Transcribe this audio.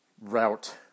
route